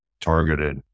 targeted